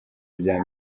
bya